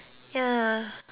ya